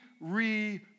re